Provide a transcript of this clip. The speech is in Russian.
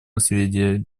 наследия